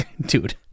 dude